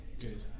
good